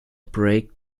break